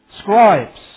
scribes